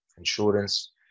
insurance